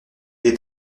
est